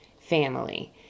family